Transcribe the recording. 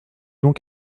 donc